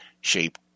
shape